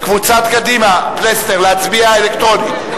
קבוצת קדימה, חבר הכנסת פלסנר, להצביע אלקטרונית?